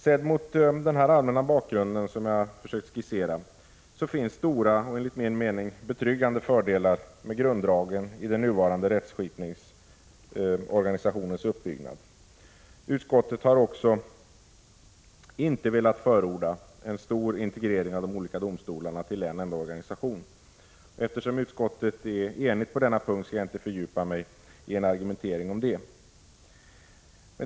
Sett mot den allmänna bakgrund som jag har försökt skissera finns det stora och enligt min mening betryggande fördelar med grunddragen i den nuvarande rättskipningsorganisationens uppbyggnad. Utskottet har inte heller velat förorda en stor integrering av de olika domstolarna till en enda organisation. Eftersom utskottet är enigt på denna punkt skall jag inte fördjupa mig i en argumentering om detta.